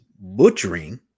butchering